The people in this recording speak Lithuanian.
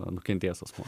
nukentėjęs asmuo